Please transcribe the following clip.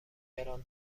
گران